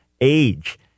age